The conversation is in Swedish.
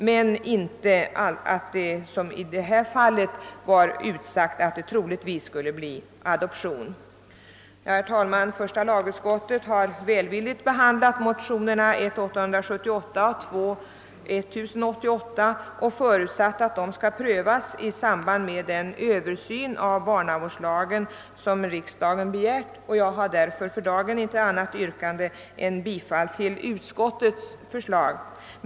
Det får inte som i det av mig omnämnda fallet sägas att det troligtvis blir adoption. Herr talman! Första lagutskottet har behandlat de likalydande motionerna 1: 878 och II: 1088 välvilligt och förutsatt, att de prövas i samband med den av riksdagen begärda översynen av barnavårdslagen. Därför har jag för dagen inget annat yrkande än om bifall till utskottets förslag.